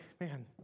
man